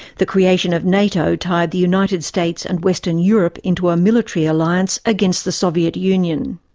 the creation of nato tied the united states and western europe into a military alliance against the soviet union.